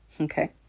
Okay